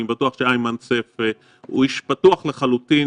אני בטוח שאיימן סייף הוא איש פתוח לחלוטין